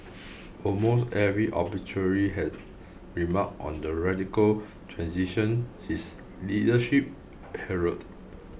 almost every obituary has remarked on the radical transition his leadership heralded